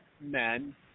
men